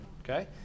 okay